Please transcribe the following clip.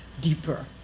deeper